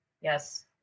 Yes